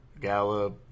Gallup